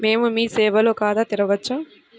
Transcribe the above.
మేము మీ సేవలో ఖాతా తెరవవచ్చా?